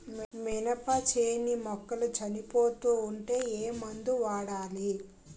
మినప చేను మొక్కలు చనిపోతూ ఉంటే ఏమందు వాడాలి?